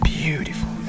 beautiful